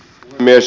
puhemies